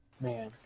man